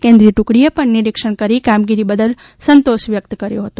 કેન્દ્રીય ટુકડીએ પણ નિરીક્ષણ કરીને કામગીરી બદલ સંતોષ વ્યકત કર્યો હતો